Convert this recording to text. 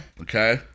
Okay